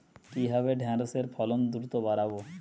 কিভাবে ঢেঁড়সের দ্রুত ফলন বাড়াব?